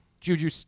Juju